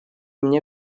мне